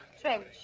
Trench